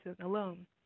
alone